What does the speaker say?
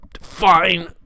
fine